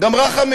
גם רחמים לא ידע.